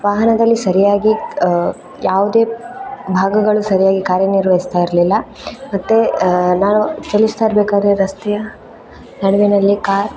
ವಾಹನದಲ್ಲಿ ಸರಿಯಾಗಿ ಯಾವುದೇ ಭಾಗಗಳು ಸರಿಯಾಗಿ ಕಾರ್ಯನಿರ್ವಹಿಸ್ತಾಯಿರಲಿಲ್ಲ ಮತ್ತು ನಾನು ಚಲಿಸ್ತಾಯಿರಬೇಕಾದ್ರೆ ರಸ್ತೆಯ ನಡುವಿನಲ್ಲಿ ಕಾರ್